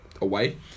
away